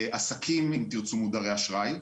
לעסקים, אם תרצו, מודרי אשראי,